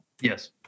Yes